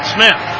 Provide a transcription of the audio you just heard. Smith